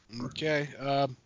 Okay